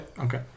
okay